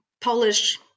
Polish